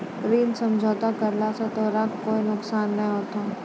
ऋण समझौता करला स तोराह कोय नुकसान नाय होथा